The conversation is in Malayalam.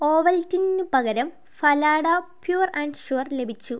ഓവൽറ്റിന് പകരം ഫലാഡ പ്യൂർ ആൻഡ് ഷ്യൂർ ലഭിച്ചു